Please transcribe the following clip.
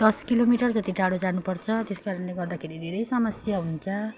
दस किलोमिटर जति टाढो जानुपर्छ त्यस कारणले गर्दाखेरि धेरै समस्या हुन्छ